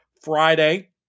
Friday